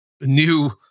new